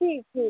ठीक ठीक